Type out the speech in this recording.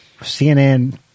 CNN